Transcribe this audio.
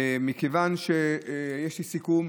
מכיוון שיש לי סיכום,